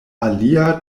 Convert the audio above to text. alia